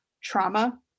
trauma